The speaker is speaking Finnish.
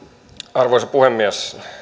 arvoisa puhemies